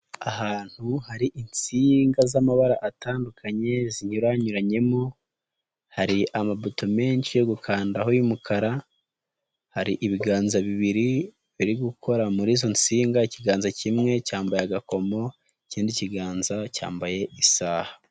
Ahantu hari insinga z'amabara atandukanye zinyuyuranyemo, hari amabuto menshi yo gukandaho y'umukara, hari ibiganza bibiri biri gukora muri izo nsinga, ikiganza kimwe cyambaye agakomo, kindi kiganza cyambaye isaha.